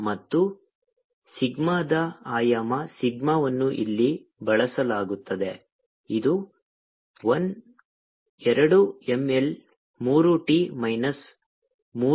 ಮತ್ತು ಸಿಗ್ಮಾದ ಆಯಾಮ ಸಿಗ್ಮಾವನ್ನು ಇಲ್ಲಿ ಬಳಸಲಾಗುತ್ತದೆ ಇದು I ಎರಡು M L ಮೂರು T ಮೈನಸ್ ಮೂರು